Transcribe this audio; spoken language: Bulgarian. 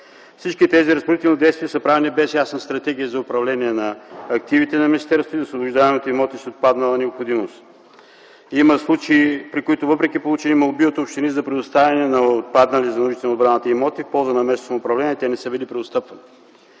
Всички тези разпоредителни действия са правени без ясна стратегия за управление на активите на министерството и освобождаването от имоти с отпаднала необходимост. Има случаи, при които, въпреки получени молби от общини отпаднали за нуждата на отбраната имоти в ползата на местното самоуправление, те не са били предоставени.